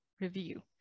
review